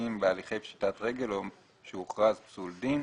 נכסים בהליכי פשיטת רגל או שהוא הוכרז פסול דין.